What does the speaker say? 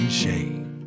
shame